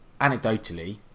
anecdotally